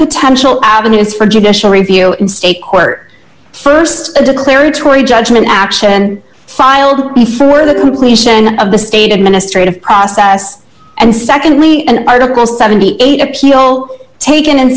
potential avenues for judicial review in state court st a declaratory judgment action filed before the completion of the state administrative process and secondly an article seventy eight appeal taken in